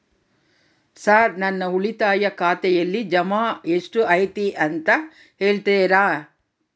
Sir ನನ್ನ ಉಳಿತಾಯ ಖಾತೆಯಲ್ಲಿ ಜಮಾ ಎಷ್ಟು ಐತಿ ಅಂತ ಹೇಳ್ತೇರಾ?